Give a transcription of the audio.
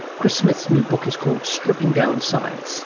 chris smith's new book is called stripping down science,